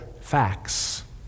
facts